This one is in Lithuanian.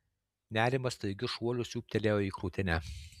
nerimas staigiu šuoliu siūbtelėjo į krūtinę